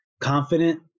confident